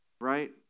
Right